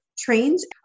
trains